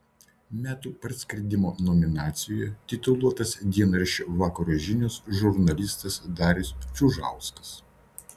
metų praskridimo nominacijoje tituluotas dienraščio vakaro žinios žurnalistas darius čiužauskas